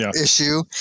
issue